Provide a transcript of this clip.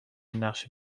نقشه